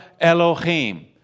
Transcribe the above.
Elohim